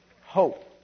hope